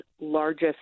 largest